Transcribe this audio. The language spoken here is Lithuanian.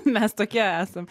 mes tokie esam